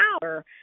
power